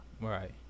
Right